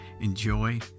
Enjoy